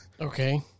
Okay